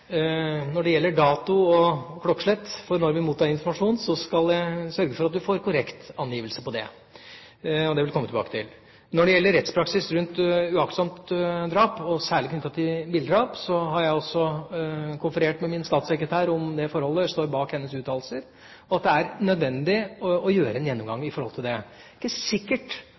Når det gjelder dato og klokkeslett for når vi mottok informasjonen, skal jeg sørge for at representanten får korrekt angivelse av det. Det vil jeg komme tilbake til. Når det gjelder rettspraksis rundt uaktsomt drap, særlig knyttet til bildrap, har jeg konferert om det forholdet med min statssekretær – jeg står bak hennes uttalelser om at det er nødvendig å ha en gjennomgang av dette. Det er ikke sikkert